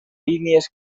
línies